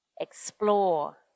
explore